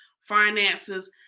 finances